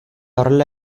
horrela